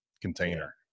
container